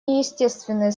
неестественны